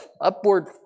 upward